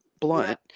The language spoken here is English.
blunt